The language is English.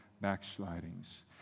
backslidings